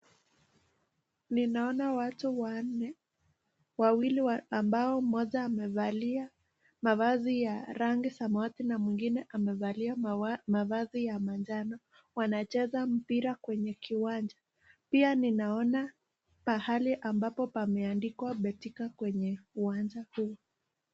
Ninaona watu wanne, wawili ambao mmoja amevalia mavazi ya rangi samawati na mwingine amevalia mavazi ya manjano. Wanacheza mpira kwenye kiwanja. Pia ninaona pahali ambapo pameandikwa Betika kwenye uwanja huu.